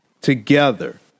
together